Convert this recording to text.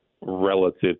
relative